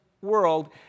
world